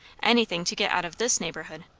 anything to get out of this neighbourhood.